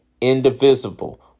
indivisible